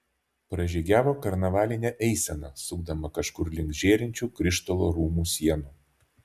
pražygiavo karnavalinė eisena sukdama kažkur link žėrinčių krištolo rūmų sienų